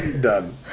done